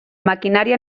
maquinària